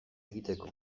egiteko